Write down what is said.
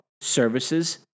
services